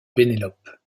pénélope